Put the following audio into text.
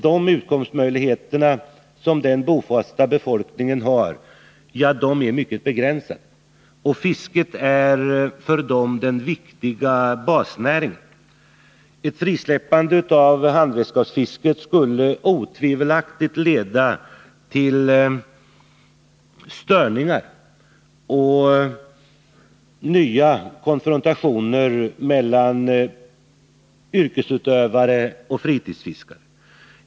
De utkomstmöjligheter som den bofasta befolkningen har är mycket begränsade, och fisket är för dessa människor den viktiga basnäringen. Ett frisläppande av handredskapsfisket skulle otvivelaktigt leda till störningar och nya konfrontationer mellan yrkesutövare och fritidsfiskare.